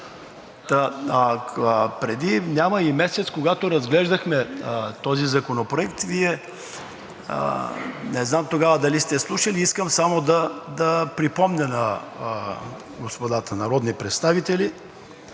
Преди няма и месец, когато разглеждахме този законопроект, Вие не знам тогава дали сте слушали – искам само да припомня на господата народни представители: